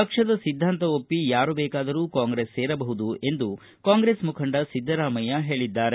ಪಕ್ಷದ ಸಿದ್ದಾಂತ ಒಪ್ಪಿ ಯಾರೂ ಬೇಕಾದರೂ ಕಾಂಗ್ರೆಸ್ ಸೇರಬಹುದು ಎಂದು ಕಾಂಗ್ರೆಸ್ ಮುಖಂಡ ಸಿದ್ದರಾಮಯ್ಯ ಹೇಳಿದ್ದಾರೆ